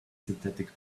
synthetic